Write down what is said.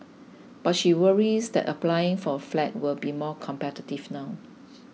but she worries that applying for a flat will be more competitive now